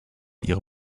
ihre